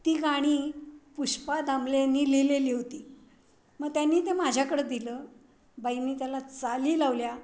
ती गाणी पुष्पा दामले यांनी लिहिलेली होती मग त्यानी ते माझ्याकडं दिलं बाईनी त्याला चाली लावल्या